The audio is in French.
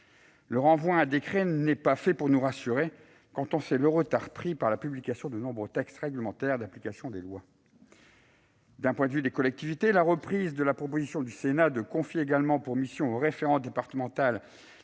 cet accès à un décret n'est pas fait pour nous rassurer, quand on sait le retard pris par la publication de nombreux textes réglementaires d'application des lois. Du point de vue des collectivités, la reprise de la proposition du Sénat de confier au référent départemental,